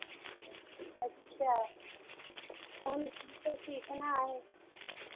अच्छा तो हम सीखे सीखना है